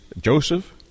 Joseph